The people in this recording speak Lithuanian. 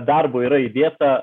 darbo yra įdėta